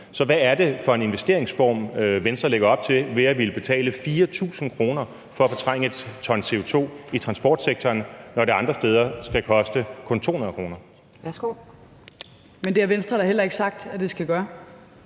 så hvad er det for en investeringsform, Venstre lægger op til ved at ville betale 4.000 kr. for at fortrænge 1 t CO2 i transportsektoren, når det andre steder kun skal koste 200 kr.?